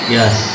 Yes